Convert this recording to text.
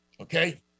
Okay